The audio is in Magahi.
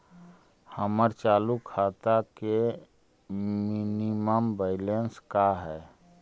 हमर चालू खाता के मिनिमम बैलेंस का हई?